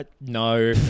No